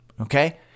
okay